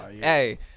Hey